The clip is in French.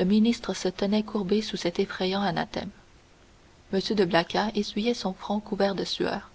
le ministre se tenait courbé sous cet effrayant anathème m de blacas essuyait son front couvert de sueur